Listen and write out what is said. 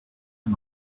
man